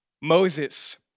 Moses